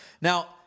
Now